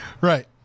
Right